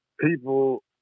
people